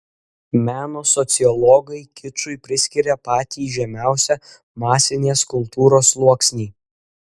meno sociologai kičui priskiria patį žemiausią masinės kultūros sluoksnį